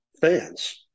fans